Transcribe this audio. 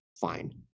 fine